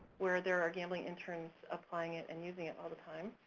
where there are gambling interns applying it and using it all the time.